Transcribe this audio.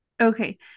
Okay